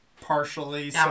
partially